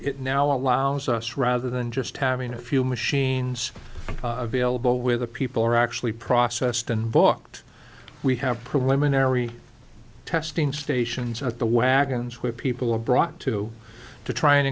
it now allows us rather than just having a few machines available where the people are actually processed and booked we have preliminary testing stations at the wagons where people are brought to to try